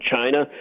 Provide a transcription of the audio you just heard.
China